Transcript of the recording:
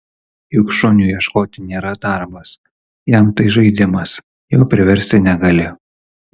juk šuniui ieškoti nėra darbas jam tai žaidimas jo priversti negali